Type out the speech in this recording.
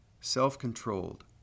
self-controlled